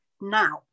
now